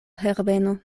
herbeno